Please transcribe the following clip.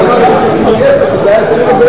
זה לא היה אפס אבל זה היה 20 אגורות.